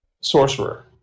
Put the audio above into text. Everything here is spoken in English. sorcerer